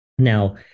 Now